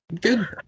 Good